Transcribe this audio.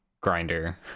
grinder